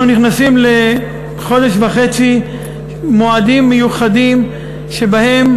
אנחנו נכנסים לחודש וחצי של מועדים מיוחדים שבהם